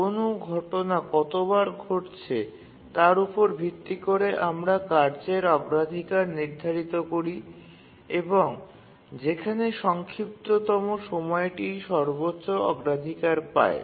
কোন ঘটনা কতবার ঘটছে তার উপর ভিত্তি করে আমরা কার্যের অগ্রাধিকার নির্ধারিত করি এবং যেখানে সংক্ষিপ্ততম সময়টি সর্বোচ্চ অগ্রাধিকার পায়